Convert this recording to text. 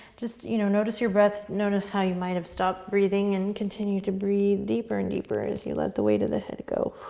just you know notice your breath, notice how you might have stopped breathing and continue to breathe deeper and deeper as you let the weight of the head go.